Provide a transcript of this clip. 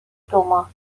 دوماه